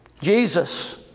Jesus